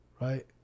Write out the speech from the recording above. Right